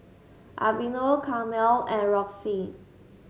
Aveeno Camel and Roxy